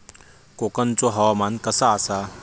कोकनचो हवामान कसा आसा?